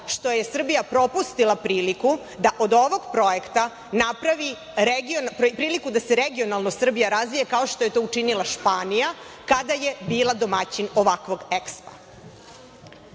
što je Srbija propustila priliku da od ovog projekta napravi priliku da se regionalno Srbija razvija, kao što je to učinila Španija kada je bila domaćin ovakvog